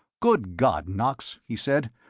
good god, knox, he said,